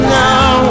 now